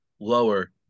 lower